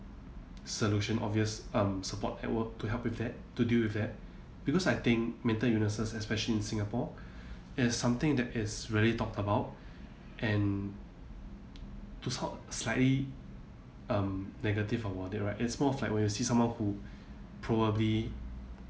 solution obvious um support at work to help with that to deal with that because I think mental illnesses especially in singapore is something that is rarely talked about and to start slightly um negative about it right it's more of like when you see someone who probably